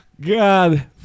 God